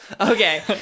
Okay